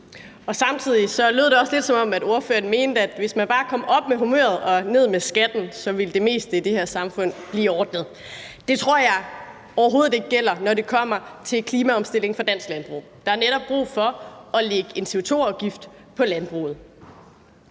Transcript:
Samtidig lød det også lidt, som om ordføreren mente, at hvis bare man satte humøret op og skatten ned, ville det meste i det her samfund blive ordnet. Det tror jeg overhovedet ikke gælder, når det kommer til klimaomstilling for dansk landbrug. Der er netop brug for at lægge en CO2-afgift på landbruget.